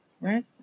right